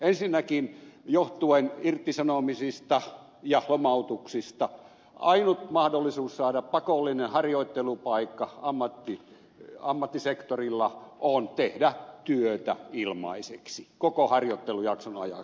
ensinnäkin johtuen irtisanomisista ja lomautuksista ainut mahdollisuus saada pakollinen harjoittelupaikka ammattisektorilla on tehdä työtä ilmaiseksi koko harjoittelujakson ajan